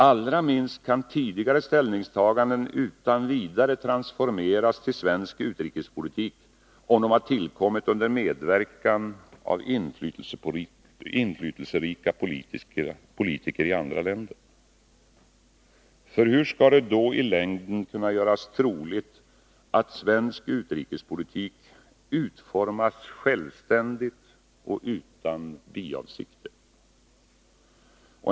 Allra minst kan tidigare ställningstaganden utan vidare transformeras till svensk utrikespolitik, om de har tillkommit under medverkan av inflytelserika politiker i andra länder. Hur skall det då i längden kunna göras troligt att svensk utrikespolitik utformas självständigt och utan biavsikter?